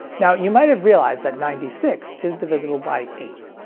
now, you might have realized that ninety six is divisible by eight.